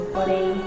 body